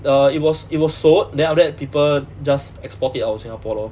err it was it was sold then after that people just export it out of singapore lor